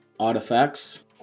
artifacts